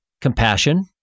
compassion